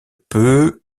peu